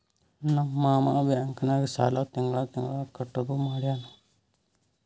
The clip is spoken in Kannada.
ನಮ್ ಮಾಮಾ ಬ್ಯಾಂಕ್ ನಾಗ್ ಸಾಲ ತಿಂಗಳಾ ತಿಂಗಳಾ ಕಟ್ಟದು ಮಾಡ್ಯಾನ್